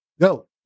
Go